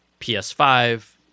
PS5